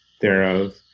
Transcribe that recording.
thereof